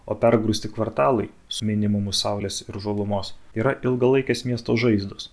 o pergrūsti kvartalai su minimumu saulės ir žalumos yra ilgalaikės miesto žaizdos